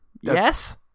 yes